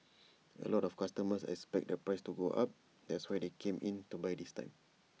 A lot of customers expected the price to go up that's why they came in to buy this time